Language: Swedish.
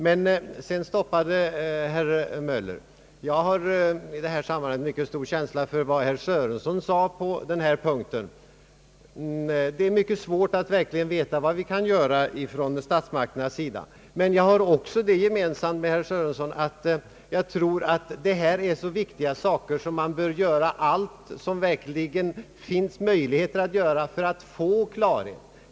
Men sedan stoppade herr Möller. Jag har en mycket stark känsla för vad herr Sörenson framhöll på denna punkt. Det är mycket svårt att verkligen veta vad statsmakterna kan uträtta. Jag har också det gemensamt med herr Sörenson att jag tror att detta är ett så viktigt problem att man bör göra allt som verkligen kan göras för att vinna klarhet.